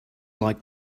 like